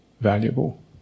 valuable